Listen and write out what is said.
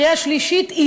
בקריאה שלישית,